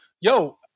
Yo